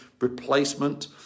replacement